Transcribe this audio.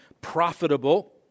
profitable